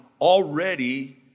already